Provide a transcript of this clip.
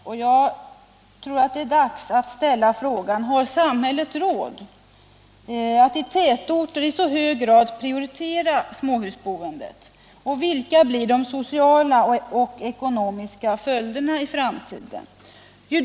Och jag tror att det är dags att ställa frågan: Har samhället råd att i tätorter i så hög grad prioritera småhusboendet? Vilka blir de sociala och ekonomiska följderna i framtiden?